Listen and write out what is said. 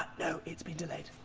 no, it's been delayed.